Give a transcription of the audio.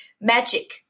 magic